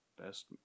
Best